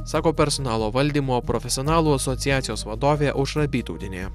sako personalo valdymo profesionalų asociacijos vadovė aušra bytautienė